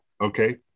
Okay